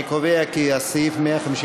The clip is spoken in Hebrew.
אני קובע כי גם לחלופין